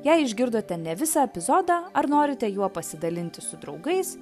jei išgirdote ne visą epizodą ar norite juo pasidalinti su draugais